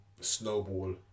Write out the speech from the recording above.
snowball